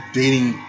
dating